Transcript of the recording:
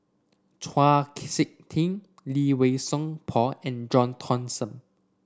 Chau SiK Ting Lee Wei Song Paul and John Thomson